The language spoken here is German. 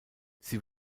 sie